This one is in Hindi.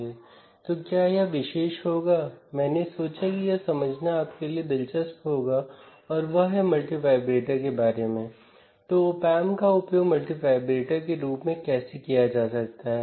इसलिए यदि आपको याद है पिछले मॉड्यूल में हमने डिफ़्रेंसियल एम्पलीफायर देखा है